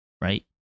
right